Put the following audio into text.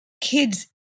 kids